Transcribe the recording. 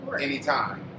anytime